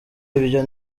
ibyo